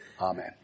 Amen